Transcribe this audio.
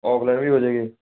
offline ਵੀ ਹੋ ਜੇ ਗੀ